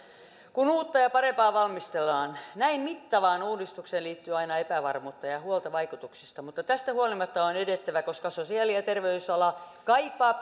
kun uutta ja parempaa valmistellaan näin mittavaan uudistukseen liittyy aina epävarmuutta ja huolta vaikutuksista mutta tästä huolimatta on edettävä koska sosiaali ja terveysala kaipaa